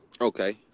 Okay